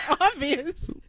obvious